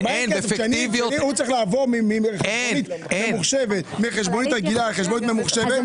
הוא צריך לעבור מחשבונית רגילה לחשבונית ממוחשבת.